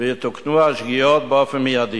ויתוקנו השגיאות באופן מיידי.